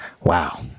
Wow